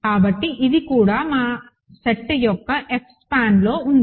కాబట్టి ఇది కూడా మా సెట్ యొక్క F స్పాన్లో ఉంది